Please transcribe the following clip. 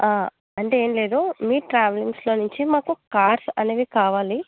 అంటే ఏమి లేదు మీ ట్రావెలింగ్స్లో నుంచి మాకు కార్స్ అనేవి కావాలి